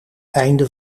einde